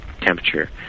temperature